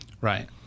Right